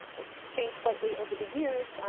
it's changed slightly over the years,